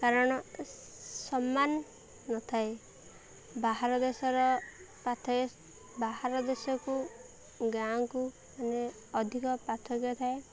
କାରଣ ସମ୍ମାନ ନଥାଏ ବାହାର ଦେଶର ପାର୍ଥକ୍ୟ ବାହାର ଦେଶକୁ ଗାଁକୁ ମାନେ ଅଧିକ ପାର୍ଥକ୍ୟ ଥାଏ